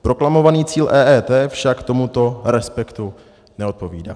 Proklamovaný cíl EET však tomuto respektu neodpovídá.